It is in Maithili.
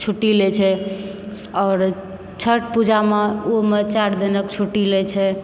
छुट्टी लैत छै आओर छठि पूजामे ओहिमे चारि दिनक छुट्टी लैत छै